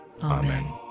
Amen